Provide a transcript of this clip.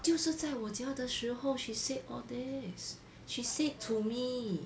就是在我家的时候 she said all these she said to me